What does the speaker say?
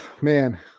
man